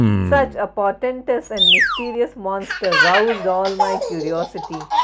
such a portentous and mysterious monster roused all my curiosity.